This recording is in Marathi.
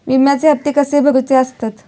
विम्याचे हप्ते कसे भरुचे असतत?